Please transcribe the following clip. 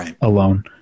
alone